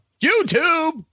YouTube